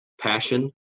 passion